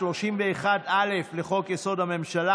הודעת הממשלה לפי סעיף 31(א) לחוק-יסוד: הממשלה,